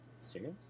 Serious